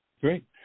Great